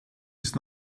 ist